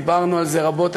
דיברנו על זה רבות,